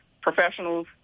professionals